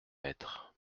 maître